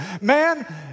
Man